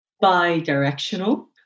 bi-directional